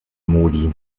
modi